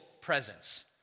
presence